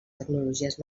tecnologies